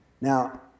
Now